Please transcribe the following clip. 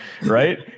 right